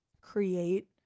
create